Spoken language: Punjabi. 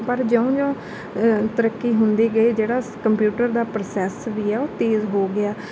ਪਰ ਜਿਉਂ ਜਿਉਂ ਤਰੱਕੀ ਹੁੰਦੀ ਗਈ ਜਿਹੜਾ ਕੰਪਿਊਟਰ ਦਾ ਪ੍ਰੋਸੈਸ ਵੀ ਆ ਉਹ ਤੇਜ਼ ਹੋ ਗਿਆ